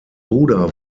bruder